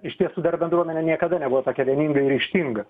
iš tiesų dar bendruomenė niekada nebuvo tokia vieninga ir ryžtinga